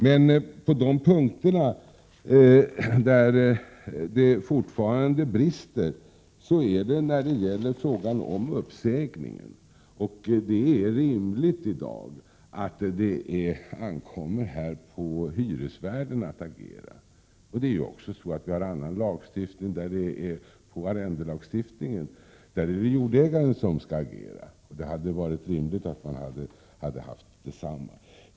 De punkter där det fortfarande brister gäller uppsägning. Det är i dag rimligt att det skall ankomma på hyresvärden att agera. Om vi ser på annan lagstiftning, finner vi att dett.ex. på arrendelagstiftningens område är jordägaren som skall agera i motsvarande fall, och det hade varit rimligt att ha samma regler på det här området.